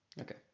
okay